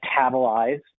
metabolize